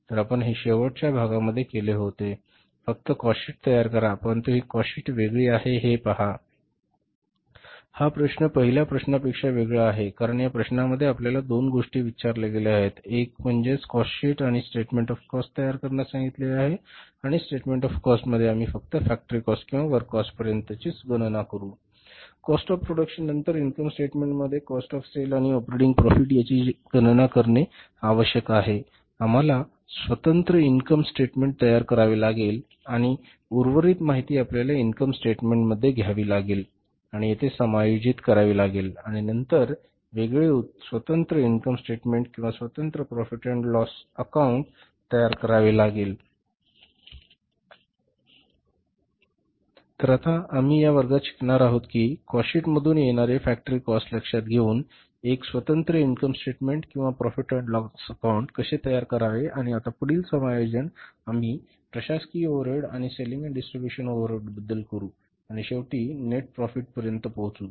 तर आपण हे शेवटच्या भागामध्ये केले आहे फक्त कॉस्ट शीट तयार करा परंतु ही कॉस्ट शीट वेगळी आहे हे पहा हा प्रश्न पहिल्या प्रश्ना पेक्षा वेगळा आहे कारण या प्रश्नामध्ये आम्हाला दोन गोष्टी विचारल्या गेल्या आहेत एक गोष्ट म्हणजे आम्हाला कॉस्ट शीट किंवा स्टेटमेंट ऑफ कॉस्ट तयार करण्यास सांगितले आहे आणि स्टेटमेंट ऑफ कॉस्ट मध्ये आम्ही फक्त फॅक्टरी कॉस्ट किंवा वर्क कॉस्ट पर्यंतचिच गणना करू कॉस्ट ऑफ प्रोडक्शन नंतर इन्कम स्टेटमेंट मध्ये कॉस्ट ऑफ सेल आणि ऑपरेटिंग प्रॉफिट यांची गणना करणे आवश्यक आहे आम्हाला स्वतंत्र इन्कम स्टेटमेंट तयार करावे लागेल आणि उर्वरित माहिती आपल्याला इन्कम स्टेटमेंटमध्ये घ्यावे लागेल आणि तेथे समायोजित करावे लागेल आणि नंतर वेगळे स्वतंत्र इन्कम स्टेटमेंट किंवा स्वतंत्र प्रॉफिट आणि लोक अकाउंट तयार करावे लागेल तर आता आम्ही या वर्गात शिकणार आहोत की कॉस्ट शीट मधून येणारे फॅक्टरी कॉस्ट लक्षात घेऊन एक स्वतंत्र इन्कम स्टेटमेंट किंवा प्रोफेट आणि लॉस अकाउंट कसे तयार करावे आणि आता पुढील समायोजन आम्ही प्रशासकीय ओव्हरहेड्स आणि सेलिंग आणि डिस्ट्रीब्यूशन ओव्हरहेड्स बद्दल करू आणि शेवटी नेट प्रॉफिट पर्यंत पोहोचू